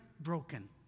broken